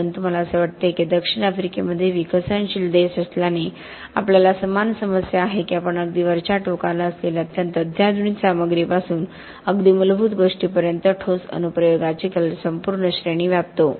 परंतु मला असे वाटते की दक्षिण आफ्रिकेमध्ये विकसनशील देश असल्याने आपल्याला समान समस्या आहे की आपणअगदी वरच्या टोकाला असलेल्या अत्यंत अत्याधुनिक सामग्रीपासून अगदी मूलभूत गोष्टींपर्यंत ठोस अनुप्रयोगाची संपूर्ण श्रेणी व्यापतो